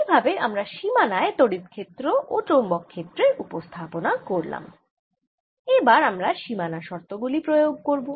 এইভাবে আমরা সীমানায় তড়িৎ ক্ষেত্র ও চৌম্বক ক্ষেত্রের উপস্থাপনা করলাম এবার আমরা সীমানা শর্ত গুলি প্রয়োগ করব